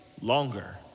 longer